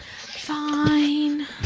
Fine